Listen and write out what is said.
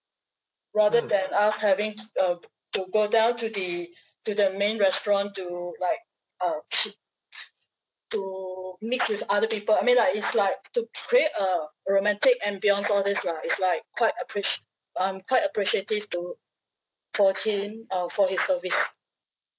rather than us having t~ uh t~ to go down to the to the main restaurant to like uh pi~ to mix with other people I mean like is like to create a romantic ambience all these lah is like quite apprecia~ I'm quite appreciative to for him uh for his service